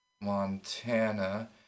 Montana